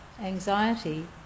anxiety